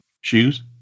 shoes